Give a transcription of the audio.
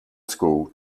school